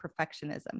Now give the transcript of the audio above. perfectionism